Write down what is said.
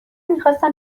میخواستم